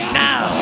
now